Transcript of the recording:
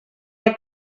had